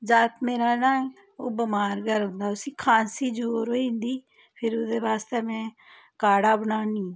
जागत मेरा ना ओह् बमार के रौहंदा उसी खांसी जरूर होई जंदी फिर उदे वास्ते मैं का़ढ़़ा बनान्नी